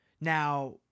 Now